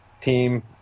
team